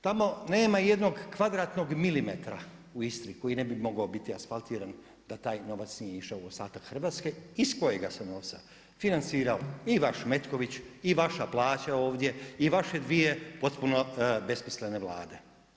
Tamo nema jednoj kvadratnog milimetra u Istri koji ne bi mogao biti asfaltiran da taj novac nije išao u ostatak Hrvatske iz kojega se novca financirao i vaš Metković, i vaša plaća ovdje i vaše dvije potpuno besmislene Vlade.